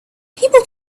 people